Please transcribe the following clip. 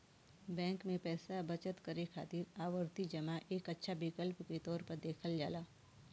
bank में पैसा बचत करे खातिर आवर्ती जमा एक अच्छा विकल्प के तौर पर देखल जाला